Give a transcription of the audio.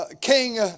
King